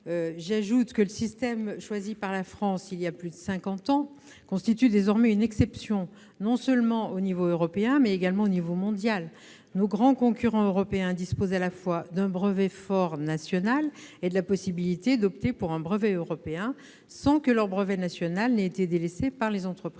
immatériel. Le système choisi par la France il y a plus de cinquante ans constitue désormais une exception au niveau européen et, au-delà, à l'échelle mondiale. Nos grands concurrents européens disposent à la fois d'un brevet fort national et de la possibilité d'opter pour un brevet européen sans que leur brevet national ait été délesté par les entreprises.